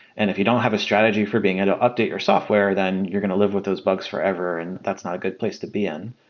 and if you don't have a strategy for being able to update your software, then you're going to live with those bugs forever, and that's not a good place to be in.